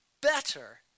better